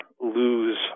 lose